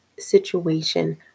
situation